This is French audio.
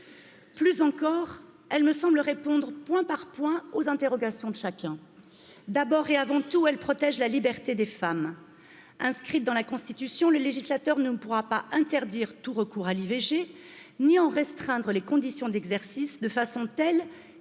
Plus encore, elle me semble répondre point par point aux interrogations de chacun d'abord et, avant tout, elle protège la liberté d'abord et, avant tout, elle protège la liberté des femmes inscrite dans la Constitution. Le législateur ne pourra pas interdire tout recours à l'i Vg ni en restreindre les conditions d'exercice de façon telle